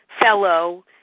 fellow